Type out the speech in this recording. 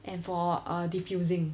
and for err diffusing